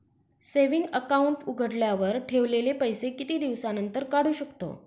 Saving account उघडल्यावर ठेवलेले पैसे किती दिवसानंतर काढू शकतो?